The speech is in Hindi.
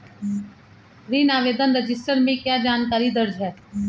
ऋण आवेदन रजिस्टर में क्या जानकारी दर्ज है?